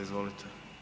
Izvolite.